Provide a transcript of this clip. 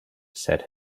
said